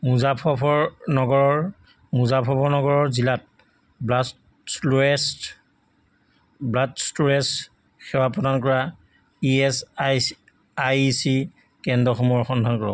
মুজাফ্ফৰনগৰ মুজাফ্ফৰনগৰৰ জিলাত ব্লাষ্ট চ্লোৱেছ ব্লাড ষ্টোৰেজ সেৱা প্ৰদান কৰা E S I I C কেন্দ্ৰসমূহৰ সন্ধান কৰক